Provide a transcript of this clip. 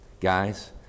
Guys